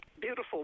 beautiful